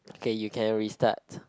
okay you can restart